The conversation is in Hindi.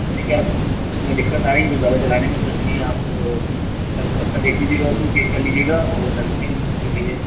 मेरे ख्याल से उसमें दिक्कत आ गई जो ज़्यादा चलाने में तो इसलिए आप कल पक्का देख लीजिएगा उसमें चेक कर लीजिएगा और सर्विसिंग जो भी है